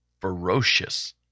ferocious